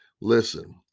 Listen